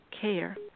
care